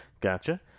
gotcha